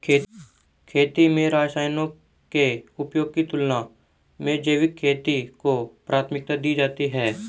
खेती में रसायनों के उपयोग की तुलना में जैविक खेती को प्राथमिकता दी जाती है